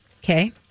Okay